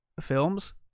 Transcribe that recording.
films